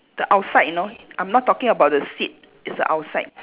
the outside you know I'm not talking about the seed it's the outside